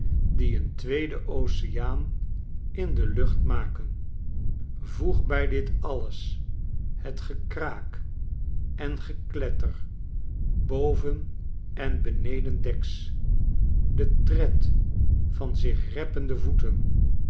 die een tweeden oceaan in de lucht maken voeg bij dit alles het gekraak en gekletter boven en benedendeks den tred van zich reppende voeten